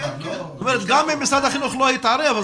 גם אם משרד החינוך לא יתערב,